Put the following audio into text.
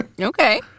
Okay